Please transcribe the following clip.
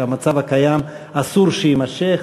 שהמצב הקיים אסור שיימשך,